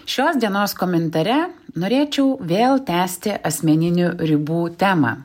šios dienos komentare norėčiau vėl tęsti asmeninių ribų temą